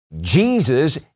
Jesus